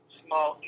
small